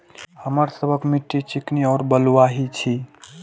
हमर सबक मिट्टी चिकनी और बलुयाही छी?